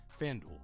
FanDuel